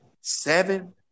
seven